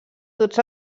tots